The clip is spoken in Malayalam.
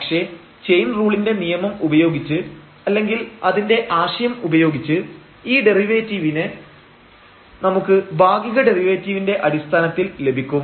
പക്ഷേ ചെയിൻ റൂളിന്റെ നിയമം ഉപയോഗിച്ച് അല്ലെങ്കിൽ അതിന്റെ ആശയം ഉപയോഗിച്ച് ഈ ഡെറിവേറ്റീവിനെ നമുക്ക് ഭാഗിക ഡെറിവേറ്റീവിന്റെ അടിസ്ഥാനത്തിൽ ലഭിക്കും